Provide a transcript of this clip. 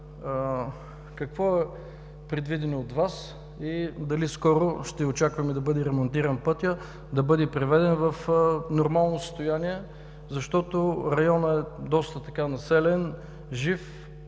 Какво е предвидено от Вас и дали скоро ще очакваме да бъде ремонтиран пътят, да бъде приведен в нормално състояние? Районът е доста населен, жив,